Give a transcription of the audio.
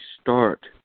start